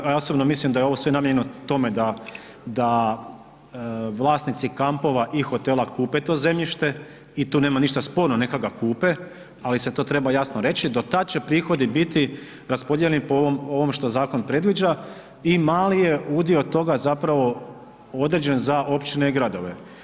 A ja osobno mislim da je ovo sve namijenjeno tome da vlasnici kampova i hotela kupe to zemljište i tu nema ništa sporno, neka ga kupe, ali se to treba jasno reći, do tada će prihodi biti raspodijeljeni po ovom što zakon predviđa i mali je udio toga zapravo određen za općine i gradove.